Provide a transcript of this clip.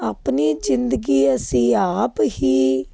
ਆਪਣੀ ਜ਼ਿੰਦਗੀ ਅਸੀਂ ਆਪ ਹੀ